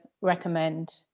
recommend